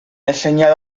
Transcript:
enseñado